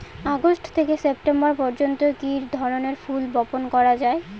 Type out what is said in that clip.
August থেকে September পর্যন্ত কি ধরনের ফুল বপন করা যায়?